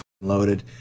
loaded